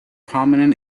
prominent